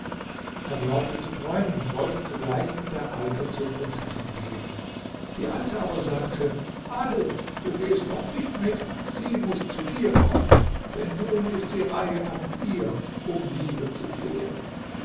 er glaubte zu träumen und wollte sogleich mit der alten zur prinzessin gehen die alte aber sagte halt du gehst noch nicht mit sie muß zu dir kommen denn nun ist die reihe an ihr um liebe zu flehen